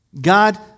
God